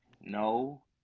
no